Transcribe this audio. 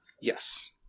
Yes